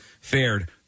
fared